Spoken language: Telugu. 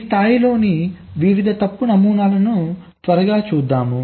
ఈ స్థాయిలలోని వివిధ తప్పు నమూనాలను త్వరగా చూద్దాం